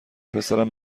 پسرم